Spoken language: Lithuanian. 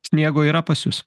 sniego yra pas jus